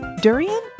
durian